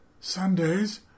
Sundays